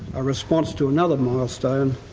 a response to another milestone,